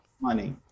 money